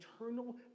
eternal